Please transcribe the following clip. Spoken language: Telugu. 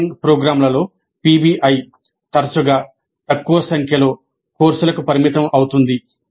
ఇంజనీరింగ్ ప్రోగ్రామ్లలో పిబిఐ తరచుగా తక్కువ సంఖ్యలో కోర్సులకు పరిమితం అవుతుంది